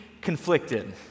conflicted